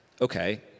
Okay